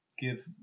Give